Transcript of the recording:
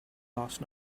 last